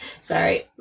sorry